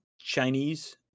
Chinese